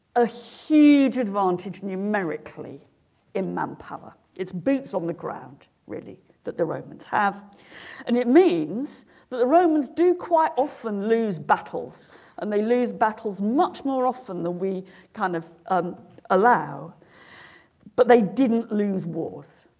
a huge advantage numerically in manpower its boots on the ground really that the romans have and it means but the romans do quite often lose battles and they lose battles much more often than we kind of um allow but they didn't lose wars